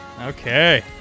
Okay